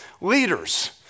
leaders